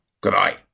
Goodbye